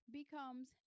becomes